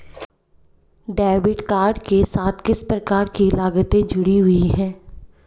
Debit card के साथ किस प्रकार की लागतें जुड़ी हुई हैं?